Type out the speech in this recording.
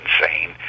insane